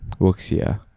wuxia